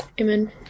Amen